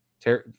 Terry